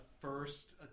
first